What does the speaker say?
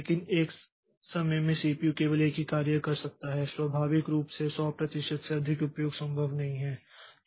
लेकिन एक समय में सीपीयू केवल एक ही कार्य कर सकता है स्वाभाविक रूप से 100 प्रतिशत से अधिक उपयोग संभव नहीं है